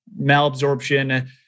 malabsorption